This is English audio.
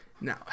Now